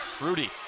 Rudy